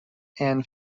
and